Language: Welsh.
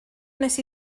wnes